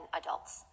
adults